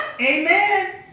amen